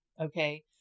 Okay